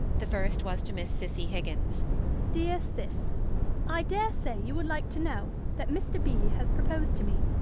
the first was to miss cissy higgins dear ciss i dare say you would like to know that mr. b. has proposed to me.